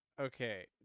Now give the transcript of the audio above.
Okay